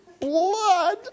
blood